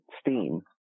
Steam